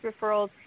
referrals